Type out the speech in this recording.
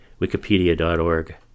wikipedia.org